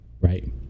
Right